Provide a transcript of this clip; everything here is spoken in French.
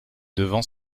devant